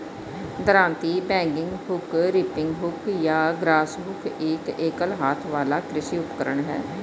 दरांती, bagging hook, reaping hook या grass hook एक एकल हाथ वाला कृषि उपकरण है